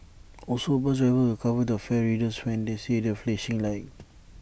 also bus drivers will cover the fare readers when they see that flashing light